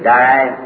die